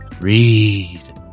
Read